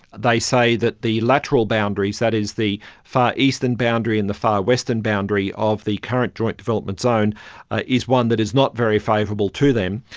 they say that the lateral boundaries, that is the far eastern boundary and the far western boundary of the current joint development zone ah is one that is not very favourable to them,